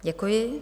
Děkuji.